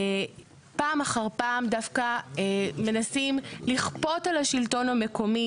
פעם אחר פעם דווקא מנסים לכפות על השלטון המקומי